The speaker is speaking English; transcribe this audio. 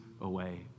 away